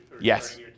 Yes